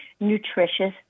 nutritious